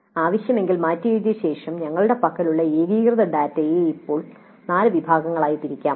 ആവശ്യമെങ്കിൽ മാറ്റിയെഴുതിയ ശേഷം ഞങ്ങളുടെ പക്കലുള്ള ഏകീകൃത ഡാറ്റയെ ഇപ്പോൾ നാല് വിഭാഗങ്ങളായി തിരിക്കാം